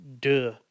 duh